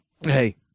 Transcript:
Hey